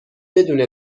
بدون